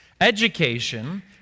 education